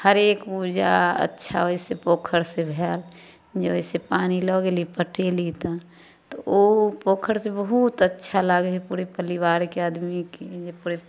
हरेक उपजा अच्छा ओहिसँ पोखरिसँ भेल जे ओहिसँ पानि लऽ गेली पटैली तऽ तऽ ओ पोखरिसँ बहुत अच्छा लागै हइ पूरे परिवारके आदमी कि जे पूरे